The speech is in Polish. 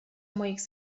moich